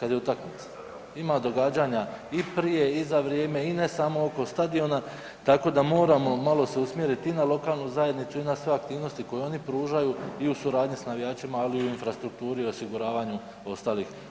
kad je utakmica, ima događanja i prije i za vrijeme i ne samo oko stadiona, tako da moramo malo se usmjeriti i na lokalnu zajednicu i na sve aktivnosti koje oni pružaju i u suradnji sa navijačima ali i u infrastrukturi i osiguravanju ostalih uvjeta za to.